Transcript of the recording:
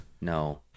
No